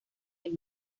del